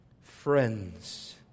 friends